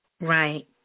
Right